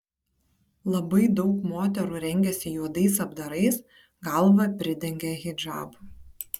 labai daug moterų rengiasi juodais apdarais galvą pridengia hidžabu